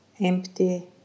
Empty